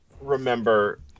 remember